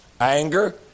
anger